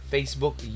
Facebook